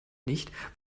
nicht